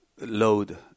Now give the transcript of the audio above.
load